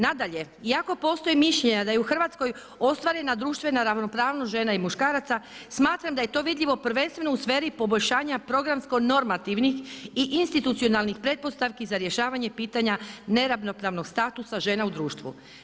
Nadalje, iako postoje mišljenja da je u Hrvatskoj ostvarena društvena ravnopravnost žena i muškaraca smatram da je to vidljivo prvenstveno u sferi poboljšanja programsko-normativnih i institucionalnih pretpostavki za rješavanje pitanja neravnopravnog statusa žena u društvu.